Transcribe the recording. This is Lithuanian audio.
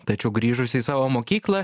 tačiau grįžusi į savo mokyklą